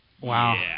Wow